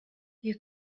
you